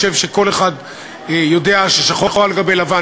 אני חושב שכל אחד יודע ששחור על גבי לבן